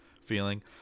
feeling